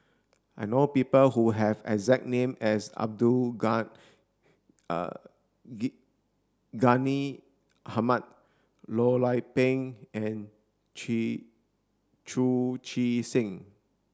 I know people who have exact name as Abdul Hamid Loh Lik Peng and Chu Chee Seng